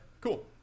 Cool